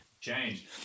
change